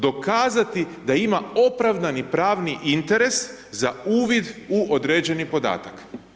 Dokazati da ima opravdani pravni interes za uvid u određeni podatak.